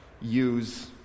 use